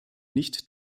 nicht